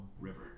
River